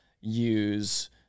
use